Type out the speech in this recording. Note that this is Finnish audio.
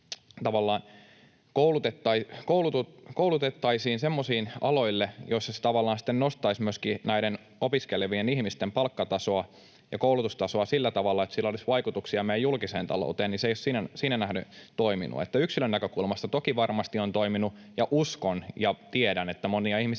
koulutettaisiin semmoisille aloille, joilla se sitten nostaisi myöskin näiden opiskelevien ihmisten palkkatasoa ja koulutustasoa sillä tavalla, että sillä olisi vaikutuksia meidän julkiseen talouteemme, niin se ei ole siihen nähden toiminut. Yksilön näkökulmasta toki varmasti on toiminut, ja uskon ja tiedän, että monia ihmisiä